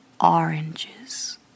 oranges